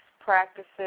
practices